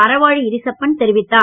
அறவாழி இரிசப்பன் தெரிவித்தார்